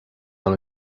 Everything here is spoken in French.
dans